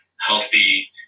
healthy